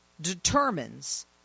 determines